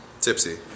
tipsy